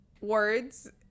words